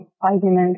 argument